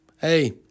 hey